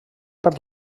per